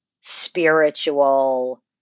spiritual